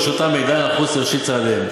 וברשותן מידע הנחוץ לראשית צעדיהן.